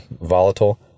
volatile